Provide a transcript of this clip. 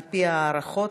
על-פי ההערכות,